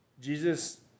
Jesus